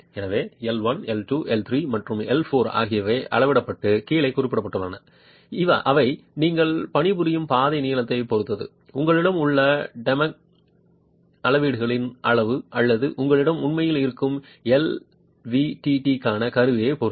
எனவே L 1 L 2 L 3 மற்றும் L 4 ஆகியவை அளவிடப்பட்டு கீழே குறிப்பிடப்பட்டுள்ளன அவை நீங்கள் பணிபுரியும் பாதை நீளத்தைப் பொறுத்தது உங்களிடம் உள்ள டெமெக் அளவீடுகளின் அளவு அல்லது உங்களிடம் உண்மையில் இருக்கும் எல்விடிடிக்கான கருவியைப் பொறுத்தது